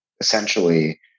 essentially